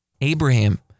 Abraham